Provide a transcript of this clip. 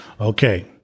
okay